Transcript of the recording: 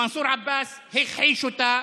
מנסור עבאס הכחיש אותה.